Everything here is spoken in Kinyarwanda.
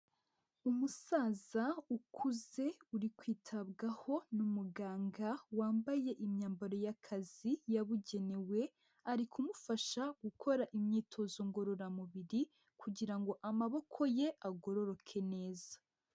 Umusaza ukuze uri kwitabwaho n'umuganga wambaye imyambaro y'akazi yabugenewe, ari kumufasha gukora imyitozo ngororamubiri kugira ngo amaboko ye agororoke neza.